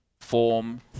form